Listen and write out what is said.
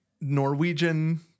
Norwegian